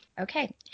Okay